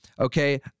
okay